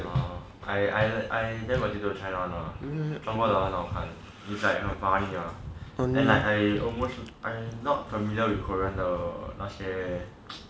orh I I I prefer china one lor 中国的很好看 it's like 很 funny hor and like I almos I not familiar with korean 的那些